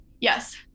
yes